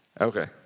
Okay